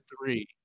three